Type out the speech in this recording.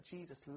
Jesus